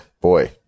boy